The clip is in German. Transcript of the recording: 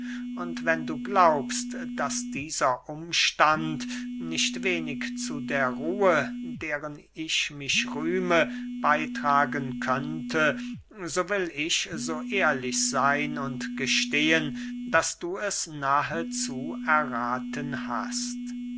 und wenn du glaubst daß dieser umstand nicht wenig zu der ruhe deren ich mich rühme beytragen könnte so will ich so ehrlich seyn und gestehen daß du es nahezu errathen hast